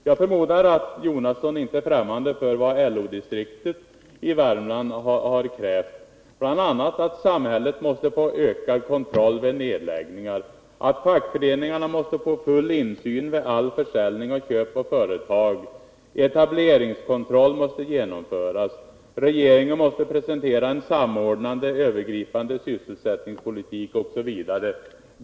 Jag förmodar att Bertil Jonasson inte är främmande för vad LO-distriktet i Värmland har krävt, nämligen bl.a. att samhället måste få ökad kontroll vid nedläggningar, att fackföreningarna måste få full insyn vid försäljning och köp av företag, att etableringskontroll måste genomföras, att regeringen måste presentera en samordnande och övergripande sysselsättningspolitik osv.